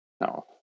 No